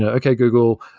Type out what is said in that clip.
ah okay google,